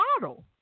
model